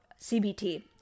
CBT